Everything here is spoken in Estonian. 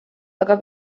aga